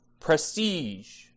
prestige